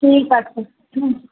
ঠিক আছে হুম